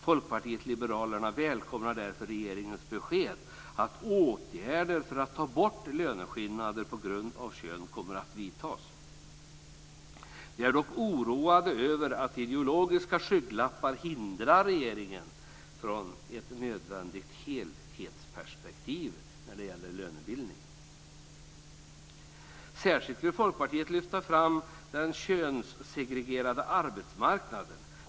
Folkpartiet liberalerna välkomnar därför regeringens besked att "åtgärder för att få bort löneskillnader på grund av kön kommer att vidtas". Vi är dock oroade över att ideologiska skygglappar hindrar regeringen från att ha ett nödvändigt helhetsperspektiv när det gäller lönebildning. Särskilt vill Folkpartiet lyfta fram den könssegregerade arbetsmarknaden.